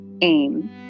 aim